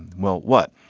well, what?